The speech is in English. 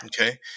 Okay